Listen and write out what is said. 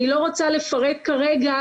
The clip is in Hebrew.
אני לא רוצה לפרט כרגע,